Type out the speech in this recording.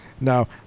No